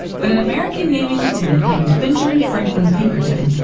but an american navy lieutenant named benjamin franklin pinkerton,